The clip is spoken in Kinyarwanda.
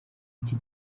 iki